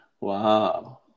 Wow